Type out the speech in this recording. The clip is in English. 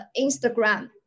Instagram